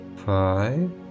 Five